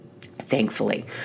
Thankfully